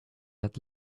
had